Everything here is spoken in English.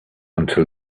until